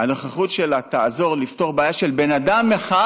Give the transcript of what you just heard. הנוכחות שלה תעזור לפתור בעיה של בן אדם אחד,